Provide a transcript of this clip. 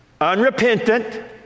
unrepentant